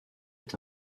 est